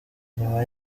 nyuma